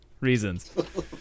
reasons